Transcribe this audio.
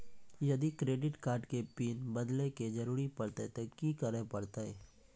यदि credit card के PIN बदले के जरूरी परतै ते की करे परतै?